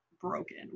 broken